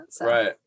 Right